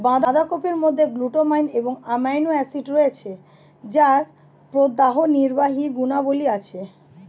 বাঁধাকপির মধ্যে গ্লুটামাইন এবং অ্যামাইনো অ্যাসিড রয়েছে যার প্রদাহনির্বাহী গুণাবলী আছে